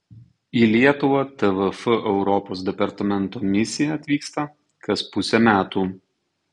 į lietuvą tvf europos departamento misija atvyksta kas pusę metų